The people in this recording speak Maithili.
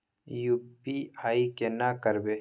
यु.पी.आई केना करबे?